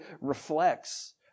reflects